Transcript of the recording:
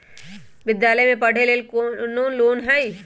विद्यालय में पढ़े लेल कौनो लोन हई?